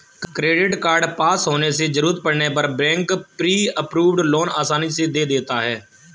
credit card पास होने से जरूरत पड़ने पर बैंक प्री अप्रूव्ड लोन आसानी से दे देता है